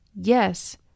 Yes